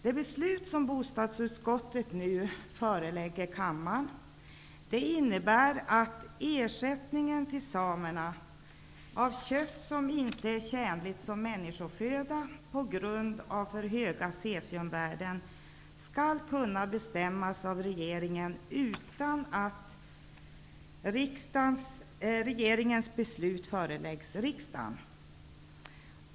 Det beslut som bostadsutskottet föreslår kammaren att fatta innebär att ersättningen till samerna för kött som på grund av för höga cesiumvärden inte är tjänligt som människoföda skall kunna bestämmas av regeringen utan att regeringens beslut föreläggs riksdagen.